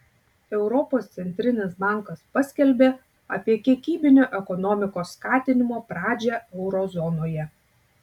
europos centrinis bankas paskelbė apie kiekybinio ekonomikos skatinimo pradžią euro zonoje